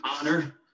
honor